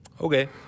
okay